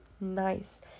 nice